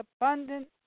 abundant